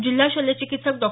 जिल्हा शल्य चिकित्सक डॉ